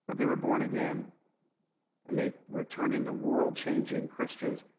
but they were born again and they were turned into world-changing christians.